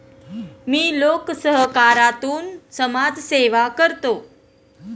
मी लोकसहकारातून समाजसेवा करतो